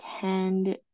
tend